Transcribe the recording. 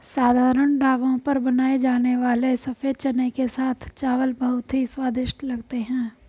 साधारण ढाबों पर बनाए जाने वाले सफेद चने के साथ चावल बहुत ही स्वादिष्ट लगते हैं